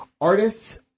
artists